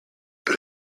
but